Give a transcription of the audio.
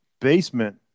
basement